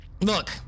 Look